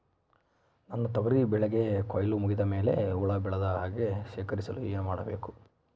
ನನ್ನ ತೊಗರಿ ಬೆಳೆಗೆ ಕೊಯ್ಲು ಮುಗಿದ ಮೇಲೆ ಹುಳು ಬೇಳದ ಹಾಗೆ ಶೇಖರಿಸಲು ಏನು ಮಾಡಬೇಕು?